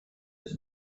his